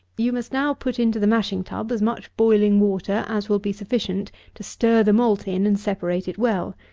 you must now put into the mashing-tub as much boiling water as will be sufficient to stir the malt in and separate it well.